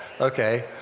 Okay